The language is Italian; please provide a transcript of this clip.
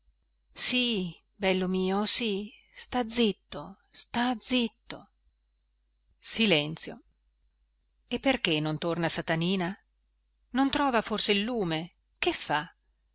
sì bello mio sì sta zitto sta zitto silenzio e perché non torna satanina non trova forse il lume che fa